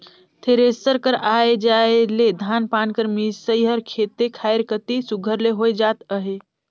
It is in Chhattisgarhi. थेरेसर कर आए जाए ले धान पान कर मिसई हर खेते खाएर कती सुग्घर ले होए जात अहे